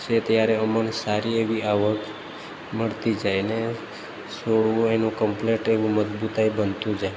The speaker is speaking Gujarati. છે ત્યારે અમોને સારી એવી આવક મળતી જાયને છોડવું એનું કંપલેટ એવું મજબૂતાઈ બનતું જાય